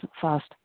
fast